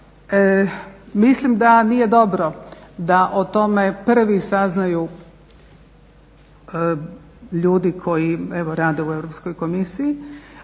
mislim da nije dobro da o tome prvi saznaju ljudi koji rade u Europskoj komisiji,